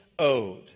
owed